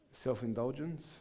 Self-indulgence